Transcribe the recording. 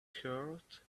heart